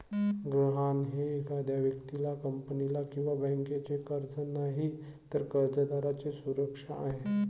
गहाण हे एखाद्या व्यक्तीला, कंपनीला किंवा बँकेचे कर्ज नाही, तर कर्जदाराची सुरक्षा आहे